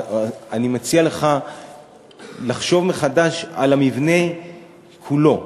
אני מציע לך לחשוב מחדש על המבנה כולו,